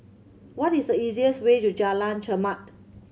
what is the easiest way to Jalan Chermat